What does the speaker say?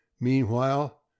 Meanwhile